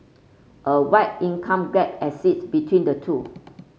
a wide income gap exists between the two